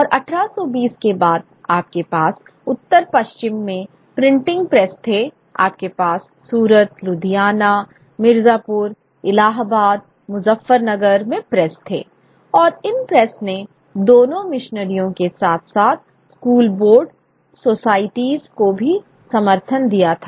और 1820 के बाद आपके पास उत्तर पश्चिम में प्रिंटिंग प्रेस थे आपके पास सूरत लुधियाना मिर्जापुर इलाहाबाद मुज़फ्फरनगर में प्रेस थे और इन प्रेस ने दोनों मिशनरियों के साथ साथ स्कूल बोर्ड सोसाइटीज़ को भी समर्थन दिया था